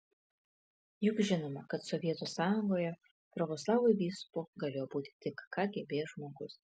juk žinoma kad sovietų sąjungoje pravoslavų vyskupu galėjo būti tik kgb žmogus